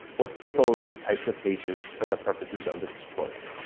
we'll skip over these types of pages for the purposes of this tutorial.